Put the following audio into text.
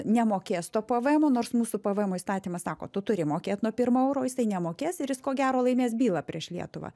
nemokės to pvmo nors mūsų pvmo įstatymas sako tu turi mokėt nuo pirmo euro jisai nemokės ir jis ko gero laimės bylą prieš lietuvą